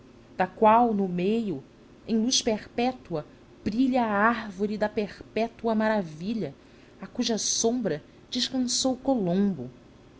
da qual no meio em luz perpétua brilha a árvore da perpétua maravilha à cuja sombra descansou colombo